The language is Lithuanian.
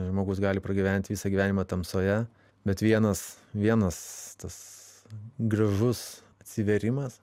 žmogus gali pragyvent visą gyvenimą tamsoje bet vienas vienas tas gražus atsivėrimas